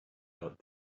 got